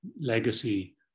legacy